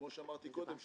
כפי שאמרתי קודם,